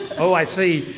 oh, i see,